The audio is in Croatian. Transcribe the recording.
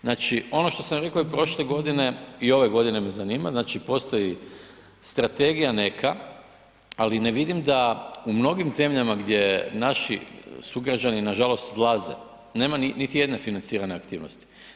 Znači ono što sam reko i prošle godine i ove godine me zanima, znači postoji strategija neka, ali ne vidim da u mnogim zemljama gdje naši sugrađani nažalost odlaze nema niti jedne financirane aktivnosti.